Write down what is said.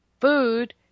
food